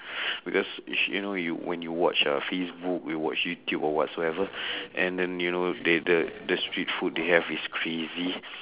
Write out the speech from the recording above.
because you know when you watch uh facebook you watch youtube or whatsoever and then you know they the the street food they have is crazy